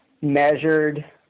measured